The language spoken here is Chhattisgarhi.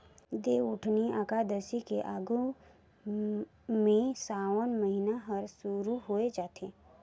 देवउठनी अकादसी के आघू में सावन महिना हर सुरु होवे जाथे